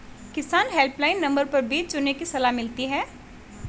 किसान helpline number पर बीज चुनने की सलाह मिलती है